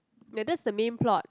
ya that's the main plot